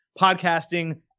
podcasting